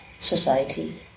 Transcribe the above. Society